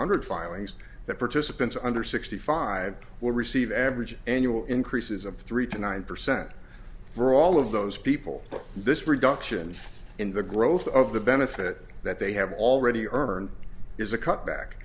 hundred filings that participants under sixty five will receive average annual increases of three to nine percent for all of those people but this reduction in the growth of the benefit that they have already earned is a cutback